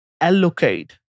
allocate